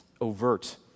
overt